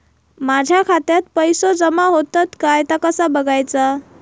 माझ्या खात्यात पैसो जमा होतत काय ता कसा बगायचा?